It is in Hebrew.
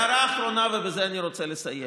הערה אחרונה, ובזה אני רוצה לסיים.